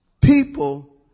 people